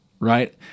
right